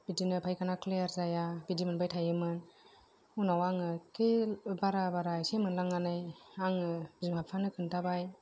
बिदिनो फायखाना क्लियार जाया बिदि मोनबाय थायोमोन उनाव आङो एखे बारा बारा एसे मोनलांनानै आङो बिमा बिफानो खोनथाबाय